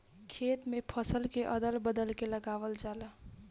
खेत में फसल के अदल बदल के लगावल जाला